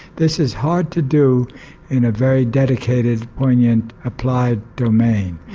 this is hard to do in a very dedicated, poignant, applied domain.